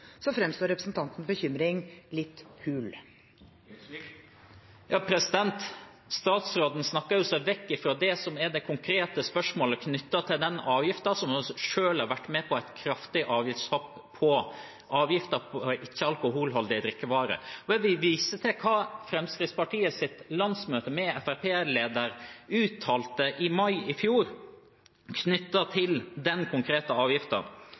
fremstår representantens bekymring litt hul. Statsråden snakker seg jo vekk fra det som er det konkrete spørsmålet knyttet til den avgiften som hun selv har vært med på et kraftig avgiftshopp for, avgiften på ikke-alkoholholdige drikkevarer. Jeg vil vise til hva Fremskrittspartiets landsmøte, med Fremskrittsparti-lederen, uttalte i april i fjor knyttet til den konkrete